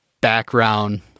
background